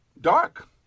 dark